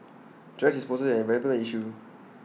thrash disposal is an environmental issue